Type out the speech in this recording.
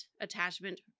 attachment